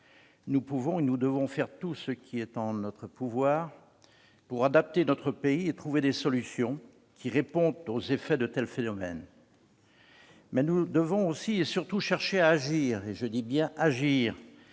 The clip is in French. Nous pouvons et nous devons faire tout ce qui est en notre pouvoir pour adapter notre pays et trouver des solutions qui répondent aux effets de tels phénomènes. Mais nous devons aussi et surtout chercher à agir- je dis bien « agir